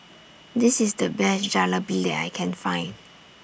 This IS The Best Jalebi that I Can Find